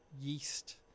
yeast